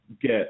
get